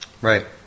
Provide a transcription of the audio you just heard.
Right